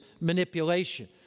manipulation